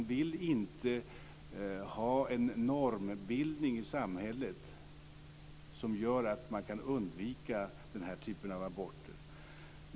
Man vill inte ha en normbildning i samhället som gör att man kan undvika den här typen av aborter.